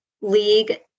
league